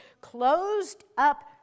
closed-up